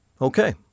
Okay